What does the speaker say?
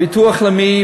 הביטוח הלאומי,